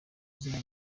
izina